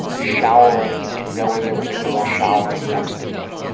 showering and knowing there was a girl showering next to me.